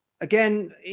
again